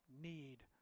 need